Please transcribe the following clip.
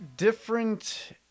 Different